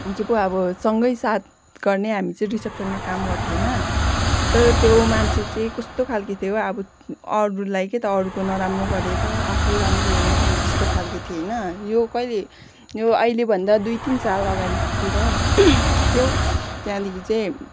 के पो अब सँगै साथ गर्ने हामी चाहिँ रिसेप्सनमा काम गर्थेँ होइन तर त्यो मान्छे चाहिँ कस्तो खालको थियो हौ अब अरूलाई के त अरूको नराम्रो गरेर आफू राम्रो हुने हो त्यस्तो खालके थियो होइन यो कहिले यो अहिलेभन्दा दुई तिन साल अगाडिको कुरा हो त्यहाँदेखि चाहिँ